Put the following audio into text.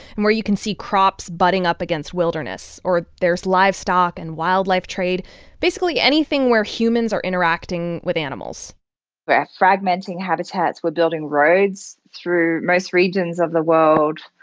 and where you can see crops butting up against wilderness or there's livestock and wildlife trade basically, anything where humans are interacting with animals we're fragmenting habitats. we're building roads through most regions of the world.